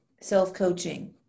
Self-coaching